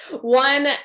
one